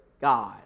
God